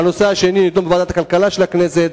הנושא השני יידון בוועדת הכלכלה של הכנסת,